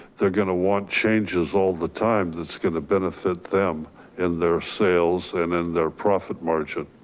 they're gonna want changes all the time that's gonna benefit them in their sales and in their profit margin.